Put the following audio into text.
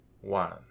One